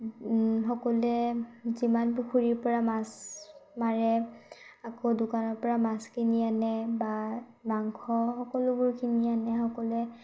সকলোৱে যিমান পুখুৰীৰ পৰা মাছ মাৰে আকৌ দোকানৰ পৰা মাছ কিনি আনে বা মাংস সকলোবোৰ কিনি আনে সকলোৱে